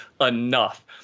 enough